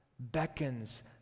beckons